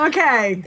Okay